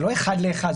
זה לא אחד לאחד,